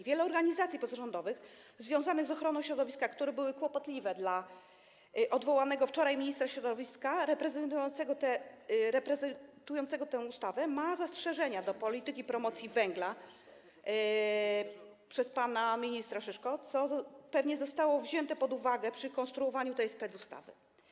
Wiele organizacji pozarządowych związanych z ochroną środowiska, które były kłopotliwe dla odwołanego wczoraj ministra środowiska prezentującego tę ustawę, ma zastrzeżenia do polityki promocji węgla prowadzonej przez pana ministra Szyszko, co pewnie zostało wzięte pod uwagę przy konstruowaniu tej specustawy.